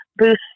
boost